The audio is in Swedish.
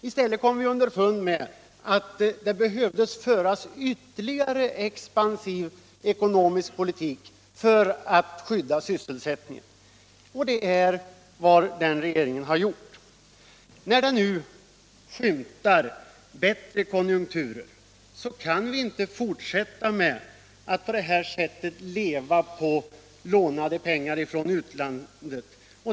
I stället kom vi underfund med att det behövde föras en ännu mer expansiv ekonomisk politik för att skydda sysselsättningen, och det är vad den nya regeringen har gjort. När vi nu skymtar bättre konjunkturer kan vi inte fortsätta att leva på lånade pengar från utlandet.